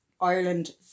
Ireland